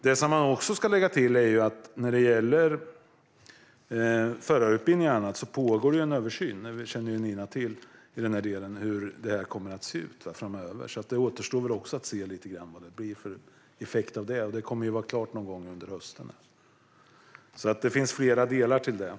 Det man ska lägga till när det gäller förarutbildningarna är att det, som Nina känner till, pågår en översyn av hur detta kommer att se ut framöver. Det återstår att se vad det blir för effekt av det; det kommer att vara klart någon gång under hösten. Det finns alltså flera delar i detta.